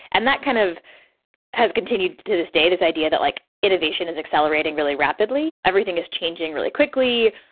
and that kind of has continued to to this day, this idea that like innovation is accelerating really rapidly, everything is changing really quickly,